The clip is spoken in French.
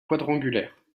quadrangulaire